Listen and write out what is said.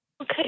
Okay